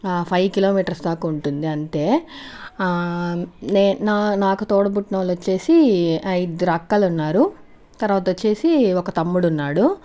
five kilometres దాకా ఉంటుంది అంతే నే నా నాకు తోడపుట్టిన వాళ్ళు వచ్చేసి ఇద్దరు అక్కలు ఉన్నారు తర్వాత వచ్చేసి ఒక తమ్ముడు ఉన్నాడు